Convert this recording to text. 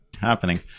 happening